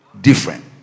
different